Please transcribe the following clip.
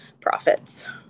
profits